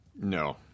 No